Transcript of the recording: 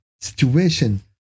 situation